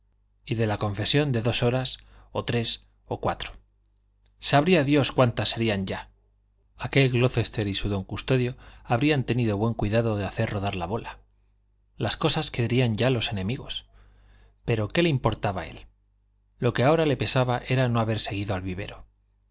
y de la confesión de dos horas o tres o cuatro sabría dios cuántas serían ya aquel glocester y su don custodio habrían tenido buen cuidado de hacer rodar la bola las cosas que dirían ya los enemigos pero qué le importaba a él lo que ahora le pesaba era no haber seguido al vivero